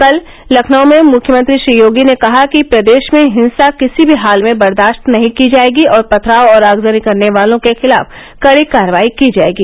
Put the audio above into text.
कल लखनऊ में मुख्यमंत्री श्री योगी ने कहा कि प्रदेश में हिंसा किसी भी हाल में बर्दाश्त नहीं की जायेगी और पथराव और आगजनी करने वालों के खिलाफ कड़ी कार्रवाई की जायेगी